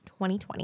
2020